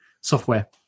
software